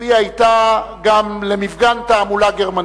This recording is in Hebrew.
והיא היתה גם למפגן תעמולה גרמני.